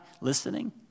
listening